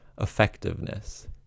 effectiveness